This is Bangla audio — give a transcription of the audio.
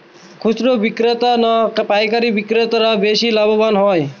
খুচরো বিক্রেতা না পাইকারী বিক্রেতারা বেশি লাভবান হয়?